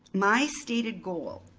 my stated goal,